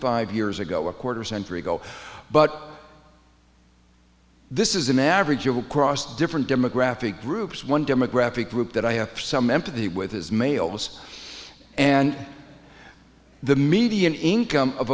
five years ago a quarter century ago but this is an average of across different demographic groups one demographic group that i have some empathy with is males and the median income of